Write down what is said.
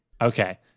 Okay